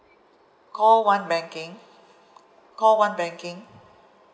call one banking call one banking